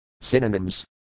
Synonyms